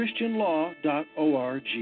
christianlaw.org